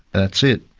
that's it.